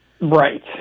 Right